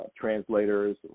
translators